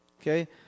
Okay